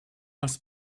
must